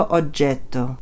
oggetto